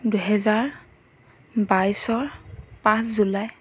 দুহেজাৰ বাইছৰ পাঁচ জুলাই